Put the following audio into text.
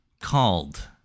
called